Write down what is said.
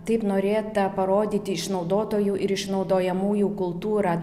taip norėta parodyti išnaudotojų ir išnaudojamųjų kultūrą